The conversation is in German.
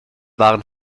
waren